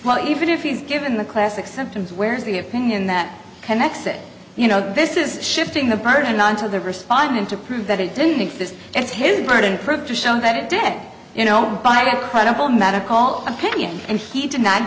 well even if he's given the classic symptoms where's the opinion that connects it you know this is shifting the burden onto the respondent to prove that it didn't exist yet it is hard and prove to show that it dead you know by a credible medical opinion and he did not